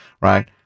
Right